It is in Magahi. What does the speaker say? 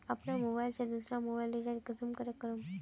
अपना मोबाईल से दुसरा मोबाईल रिचार्ज कुंसम करे करूम?